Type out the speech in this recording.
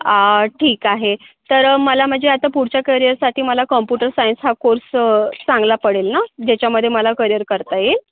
ठीक आहे तर मला म्हणजे आता पुढच्या करियरसाठी मला कम्प्युटर सायन्स हा कोर्स चांगला पडेल ना ज्याच्यामधे मला करियर करता येईल